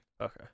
Okay